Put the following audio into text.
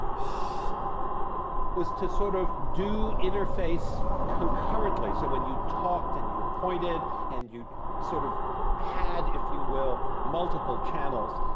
shit. nn was to sort of do interface concurrently, so when you talked and you pointed and you sort of had, if you will, multiple channels.